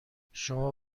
شما